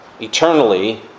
eternally